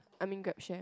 I mean Grab share